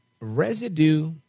residue